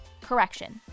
Correction